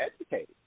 educated